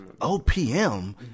OPM